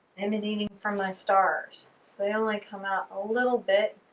emanating from my stars. so they only come out a little bit.